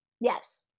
Yes